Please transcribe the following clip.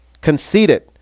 conceited